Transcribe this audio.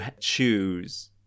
choose